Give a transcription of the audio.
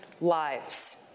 lives